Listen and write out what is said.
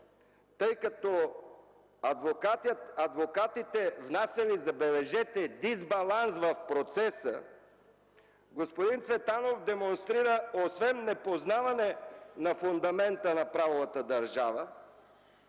тъй като адвокатите внасяли, забележете, дисбаланс в процеса, господин Цветанов демонстрира освен непознаване на фундамента на правовата държава,